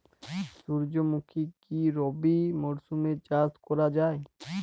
সুর্যমুখী কি রবি মরশুমে চাষ করা যায়?